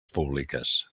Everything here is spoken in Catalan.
públiques